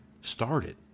started